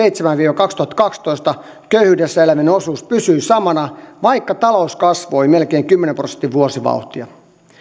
kaksituhattaseitsemän viiva kaksituhattakaksitoista köyhyydessä elävien osuus pysyi samana vaikka talous kasvoi melkein kymmenen prosentin vuosivauhtia